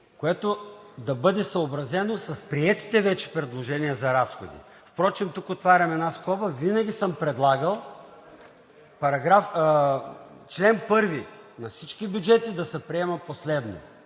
което да бъде съобразено с приетите вече предложения за разходи. Тук отварям една скоба – винаги съм предлагал чл. 1 на всички бюджети да се приема последно,